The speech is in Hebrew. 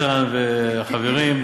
איתן והחברים,